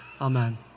Amen